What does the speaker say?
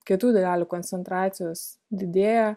kietųjų dalelių koncentracijos didėja